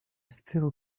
still